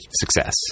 success